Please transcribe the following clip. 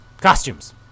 Costumes